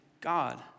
God